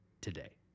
today